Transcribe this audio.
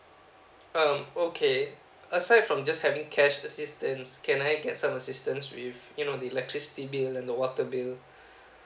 um okay aside from just having cash assistance can I get some assistance with you know the electricity bill and water bill